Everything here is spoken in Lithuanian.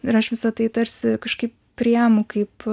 ir aš visa tai tarsi kažkaip priimu kaip